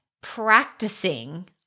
practicing